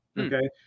Okay